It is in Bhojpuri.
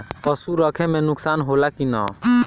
पशु रखे मे नुकसान होला कि न?